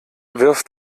wirf